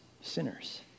sinners